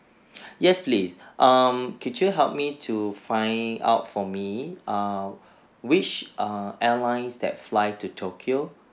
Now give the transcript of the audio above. yes please um could you help me to find out for me err which err airlines that fly to tokyo